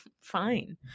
fine